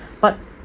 but